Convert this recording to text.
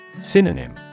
Synonym